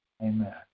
amen